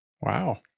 Wow